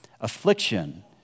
Affliction